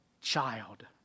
child